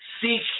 seek